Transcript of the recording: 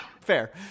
Fair